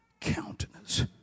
countenance